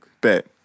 Bet